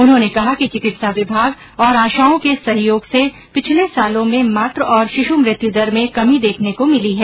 उन्होंने कहा कि चिकित्सा विभाग और आशाओं के सहयोग से पिछले सालों में मातू और शिशु मृत्यु दर में कमी देखने को मिली है